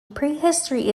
prehistory